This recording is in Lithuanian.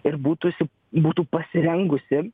ir būtų si būtų pasirengusi